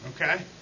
Okay